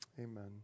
Amen